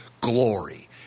glory